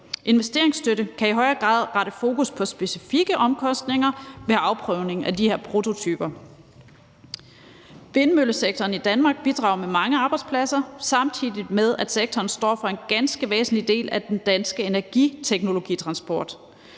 Investeringsstøtte kan i højere grad rette fokus på specifikke omkostninger ved afprøvning af de her prototyper. Vindmøllesektoren i Danmark bidrager med mange arbejdspladser, samtidig med at sektoren står for en ganske væsentlig del af den danske energiteknologieksport.